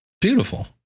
Beautiful